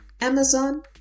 Amazon